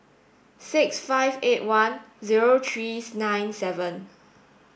six five eight one zero three nine seven